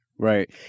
Right